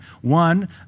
One